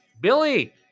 Billy